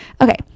Okay